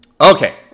Okay